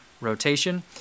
rotation